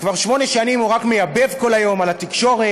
כבר שמונה שנים הוא רק מייבב כל היום על התקשורת